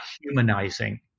humanizing